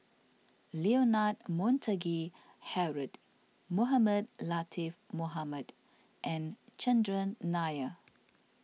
Leonard Montague Harrod Mohamed Latiff Mohamed and Chandran Nair